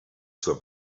zur